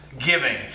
Giving